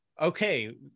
okay